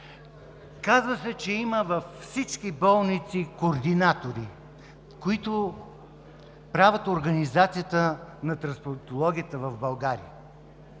Казва се, че във всички болници има координатори, които правят организацията на трансплантологията в България.